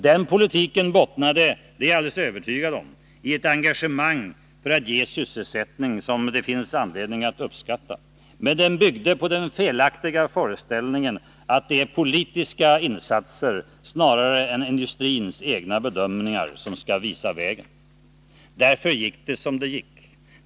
Den politiken bottnade i — det är jag helt övertygad om — ett engagemang för att ge sysselsättning som det finns anledning att uppskatta, men den byggde på den felaktiga föreställningen att det är politiska insatser snarare än industrins egna bedömningar som skall visa vägen. Därför gick det som det gick.